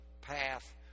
path